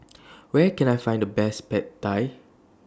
Where Can I Find The Best Pad Thai